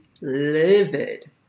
livid